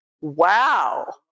Wow